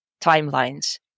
timelines